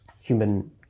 human